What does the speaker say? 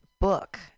book